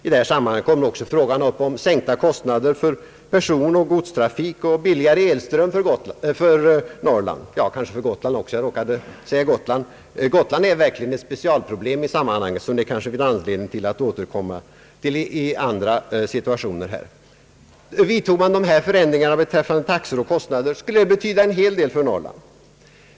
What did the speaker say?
I detta sammanhang kommer också frågan upp om sänkta kostnader för personoch godstrafik samt billigare elström för Norrland — kanske också för Gotland. Gotland är verkligen ett specialproblem i sammanhanget, som det kanske finns anledning att återkomma till i andra sammanhang. Vidtog man dessa förändringar beträffande taxor och kostnader, skulle det betyda en hel del för Norrland.